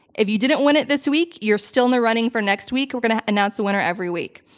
if you didn't win it this week you're still in the running for next week. we're gonna announce a winner every week.